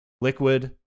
Liquid